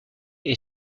est